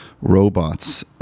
robots